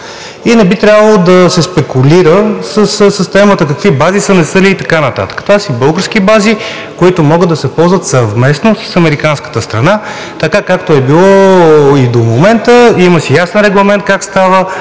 И не би трябвало да се спекулира с темата какви бази са, не са ли и така нататък. Това са си български бази, които могат да се ползват съвместно с американската страна, така както е било и до момента. Има си ясен регламент как става